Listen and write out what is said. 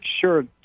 Sure